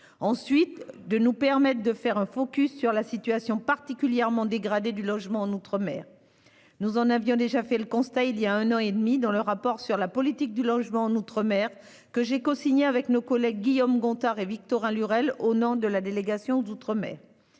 ensuite, pour nous permettre de nous focaliser sur la situation particulièrement dégradée du logement en outre-mer. J'en avais déjà dressé le constat il y a un an et demi, dans le rapport d'information sur la politique du logement en outre-mer que j'ai cosigné avec nos collègues Guillaume Gontard et Victorin Lurel au nom de la délégation sénatoriale